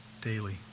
daily